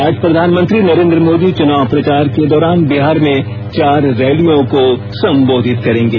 आज प्रधानमंत्री नरेन्द्र मोदी चुनाव प्रचार के दौरान बिहार में चार रैलियों को संबोधित करेंगे